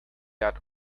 that